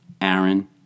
Aaron